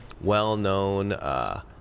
well-known